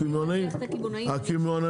לא לקפח את הקמעונאים.